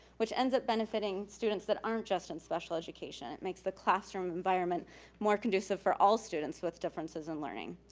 which ends up benefiting students that aren't just in special education, it makes the classroom environment more conducive for all students with differences in learning.